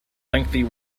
lengthy